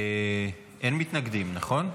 אין מתנגדים, נכון?